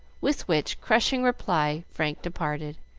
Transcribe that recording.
with which crushing reply frank departed,